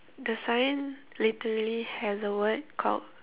the sign literally has a word called